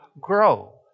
grow